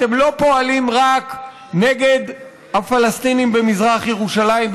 אתם לא פועלים רק נגד הפלסטינים במזרח ירושלים,